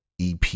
EP